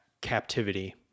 captivity